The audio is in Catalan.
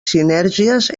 sinergies